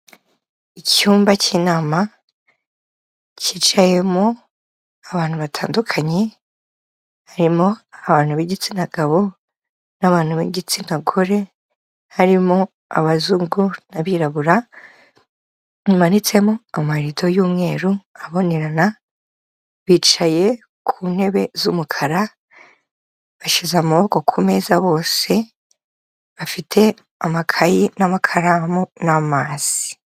Icyumba cy'inama kicayemo abantu batandukanye harimo abantu b'igitsina gabo n'abantu b'igitsina gore, harimo abazungu n'abirabura bimanitsemo amarido y'umweru abonerana, bicaye ku ntebe z'umukara bashyize amaboko ku meza bose bafite amakayi n'amakaramu n'amazi.